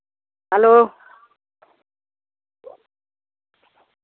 hello